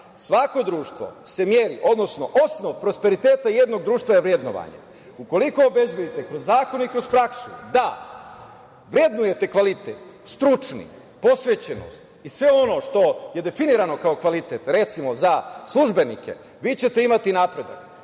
Svako društvo se meri, odnosno osnov prosperiteta jednog društva je vrednovanja. Ukoliko obezbedite kroz zakone i kroz praksu da vrednujete kvalitet stručni, posvećenost i sve ono što je definirano kao kvalitet, recimo, za službenike, vi ćete imati napredak.